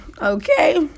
okay